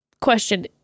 question